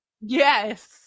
Yes